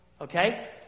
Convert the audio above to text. Okay